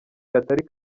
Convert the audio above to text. katari